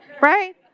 right